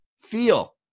feel